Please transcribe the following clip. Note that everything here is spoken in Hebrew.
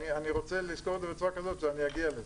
אני רוצה לסקור את זה בצורה כזאת ואני אגיע לזה.